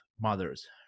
mothers